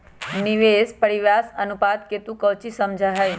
निवेश परिव्यास अनुपात से तू कौची समझा हीं?